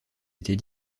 était